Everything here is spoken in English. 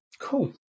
cool